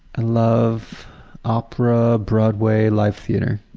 and love opera, broadway, live theater.